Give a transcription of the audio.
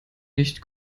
nicht